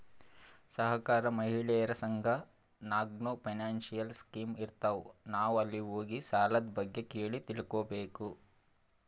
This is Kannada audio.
ಸಹಕಾರ, ಮಹಿಳೆಯರ ಸಂಘ ನಾಗ್ನೂ ಫೈನಾನ್ಸಿಯಲ್ ಸ್ಕೀಮ್ ಇರ್ತಾವ್, ನಾವ್ ಅಲ್ಲಿ ಹೋಗಿ ಸಾಲದ್ ಬಗ್ಗೆ ಕೇಳಿ ತಿಳ್ಕೋಬೇಕು